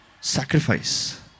sacrifice